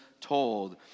told